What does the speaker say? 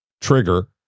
trigger